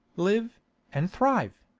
live and thrive!